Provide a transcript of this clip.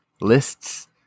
Lists